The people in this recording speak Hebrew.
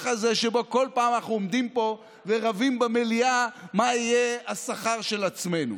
הזה שבו כל פעם אנחנו עומדים פה ורבים במליאה מה יהיה השכר של עצמנו.